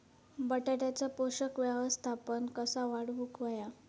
बटाट्याचा पोषक व्यवस्थापन कसा वाढवुक होया?